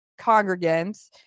congregants